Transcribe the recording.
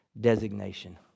Designation